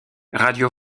radio